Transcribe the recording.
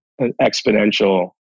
exponential